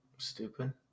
Stupid